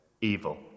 evil